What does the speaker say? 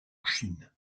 chine